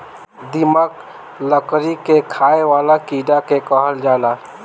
दीमक, लकड़ी के खाए वाला कीड़ा के कहल जाला